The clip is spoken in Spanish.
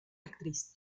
actriz